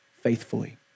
faithfully